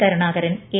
Karunakaran A